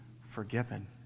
forgiven